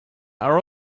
are